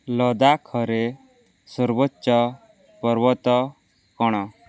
ଲଦାଖରେ ସର୍ବୋଚ୍ଚ ପର୍ବତ କ'ଣ